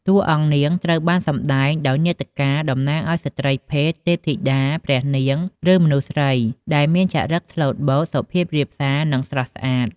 តួនាងត្រូវបានសម្ដែងដោយនាដការី តំណាងឲ្យស្រ្តីភេទ ទេពធីតា ព្រះនាង ឬមនុស្សស្រីដែលមានចរិតស្លូតបូត សុភាពរាបសា និងស្រស់ស្អាត។